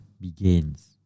begins